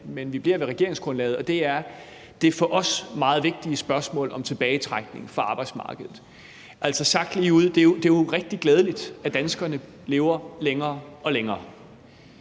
Men vi bliver ved regeringsgrundlaget, og det gælder det for os meget vigtige spørgsmål om tilbagetrækning fra arbejdsmarkedet. Altså, sagt ligeud er det jo rigtig glædeligt, at danskerne lever længere og længere,